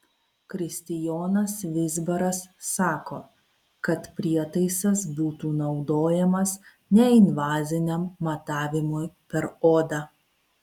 kristijonas vizbaras sako kad prietaisas būtų naudojamas neinvaziniam matavimui per odą